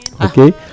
Okay